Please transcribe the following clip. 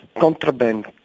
contraband